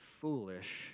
foolish